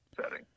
setting